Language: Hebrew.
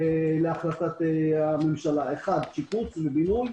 להחלטת הממשלה: שיפוץ ובינוי,